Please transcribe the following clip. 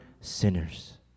sinners